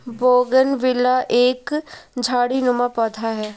bougainvillea एक झाड़ीनुमा पौधा है